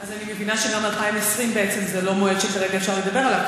אז אני מבינה שגם 2020 זה לא מועד שכרגע אפשר לדבר עליו,